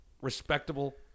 respectable